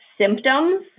symptoms